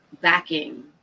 backing